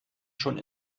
schon